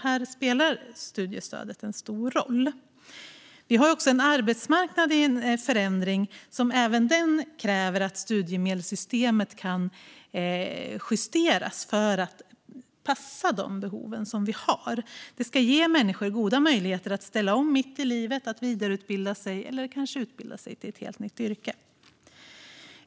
Här spelar studiestödet en stor roll. Vi har också en arbetsmarknad som är i förändring. Även den kräver att studiemedelssystemet kan justeras för att passa de behov vi har. Det ska ge människor goda möjligheter att ställa om mitt i livet, att vidareutbilda sig eller kanske utbilda sig till ett helt nytt yrke.